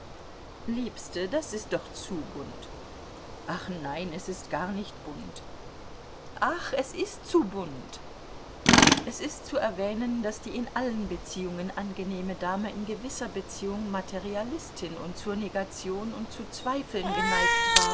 liebste das ist doch zu bunt ach nein es ist gar nicht bunt ach es ist zu bunt es ist zu erwähnen daß die in allen beziehungen angenehme dame in gewisser beziehung materialistin und zur negation und zu zweifeln geneigt war